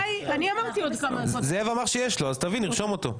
זאב אמר שיש לו, אז נרשום אותו.